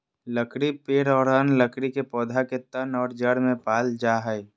लकड़ी पेड़ और अन्य लकड़ी के पौधा के तन और जड़ में पाल जा हइ